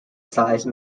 sized